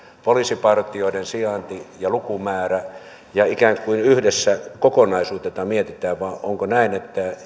poliisipartioiden sijainti ja lukumäärä ja ikään kuin yhdessä kokonaisuutena tätä mietitään vai onko näin että